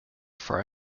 for